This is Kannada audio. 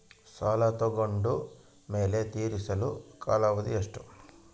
ಸಾಲ ತಗೊಂಡು ಮೇಲೆ ತೇರಿಸಲು ಕಾಲಾವಧಿ ಎಷ್ಟು?